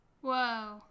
Whoa